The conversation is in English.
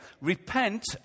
Repent